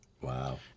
Wow